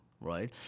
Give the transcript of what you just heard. Right